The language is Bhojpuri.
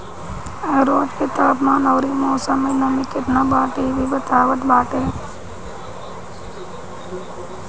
रोज के तापमान अउरी मौसम में नमी केतना बाटे इ भी बतावत बाटे